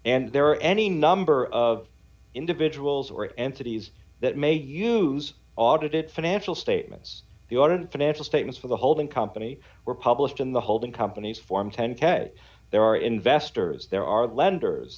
and there are any number of individuals or entities that may use audited financial statements the auton financial statements for the holding company were published in the holding companies form ten k there are investors there are lenders